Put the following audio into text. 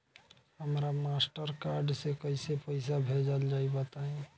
हमरा Mastercard से कइसे पईसा भेजल जाई बताई?